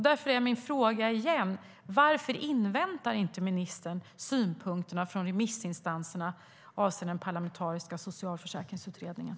Därför är min fråga igen: Varför inväntar inte ministern synpunkterna från remissinstanserna avseende den parlamentariska socialförsäkringsutredningen?